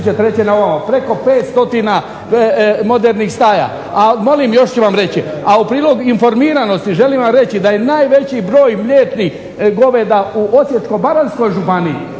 preko 500 modernih staja. A molim, još ću vam reći, a u prilog informiranosti želim vam reći da je najveći broj mliječnih goveda u Osječko-baranjskoj županiji